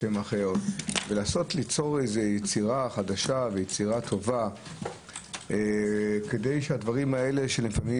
שם אחר ולנסות ליצור יצירה חדשה וטובה כדי שהדברים האלה שלפעמים